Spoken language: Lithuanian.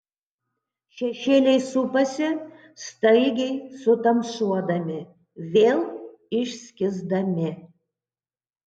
šešėliai supasi staigiai sutamsuodami vėl išskysdami